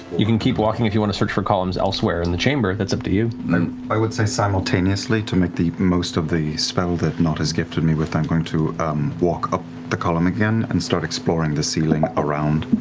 you can keep walking if you want to search for columns elsewhere in the chamber, that's up to you. liam i would say simultaneously, to make the most of the spell that nott has gifted me with, i'm going to walk up the column again and start exploring the ceiling around,